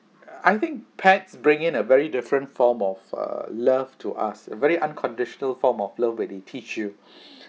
I think pets bring in a very different form of err love to us very unconditional form of love where they teach you